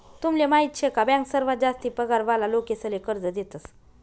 तुमले माहीत शे का बँक सर्वात जास्ती पगार वाला लोकेसले कर्ज देतस